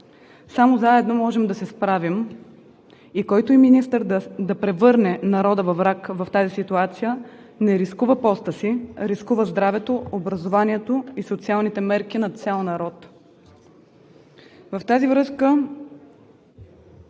Само заедно може да се справим! Който и министър да превърне народа във враг в тази ситуация, не рискува поста си, а рискува здравето, образованието и социалните мерки на цял народ! Във връзка